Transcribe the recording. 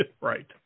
right